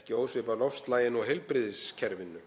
ekki ósvipað loftslaginu og heilbrigðiskerfinu.